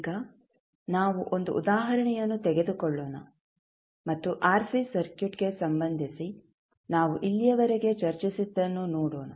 ಈಗ ನಾವು ಒಂದು ಉದಾಹರಣೆಯನ್ನು ತೆಗೆದುಕೊಳ್ಳೋಣ ಮತ್ತು ಆರ್ಸಿ ಸರ್ಕ್ಯೂಟ್ಗೆ ಸಂಬಂಧಿಸಿ ನಾವು ಇಲ್ಲಿಯವರೆಗೆ ಚರ್ಚಿಸಿದ್ದನ್ನು ನೋಡೋಣ